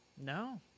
No